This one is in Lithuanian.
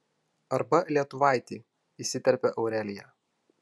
arba lietuvaitį įsiterpia aurelija